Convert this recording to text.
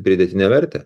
pridėtinę vertę